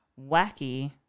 wacky